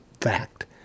fact